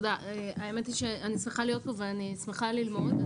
האמת היא שאני שמחה להיות פה ואני שמחה ללמוד,